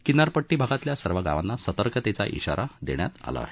किनारपट्टी भागातील सर्व गावांना सतर्कतेचा इशारा देण्यात आला आहे